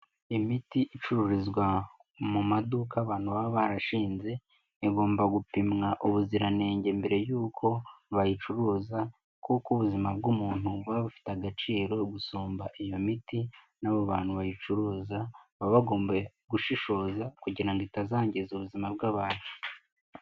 Imiti icururizwa mu maduka abantu baba barashinze, igomba gupimwa ubuziranenge mbere y'uko bayicuruza, kuko ubuzima bw'umuntu buba bufite agaciro gusumba iyo miti, n'abo bantu bayicuruza baba bagomba gushishoza kugira ngo itazangiza ubuzima bw'abantu.